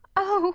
oh